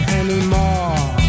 anymore